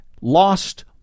lost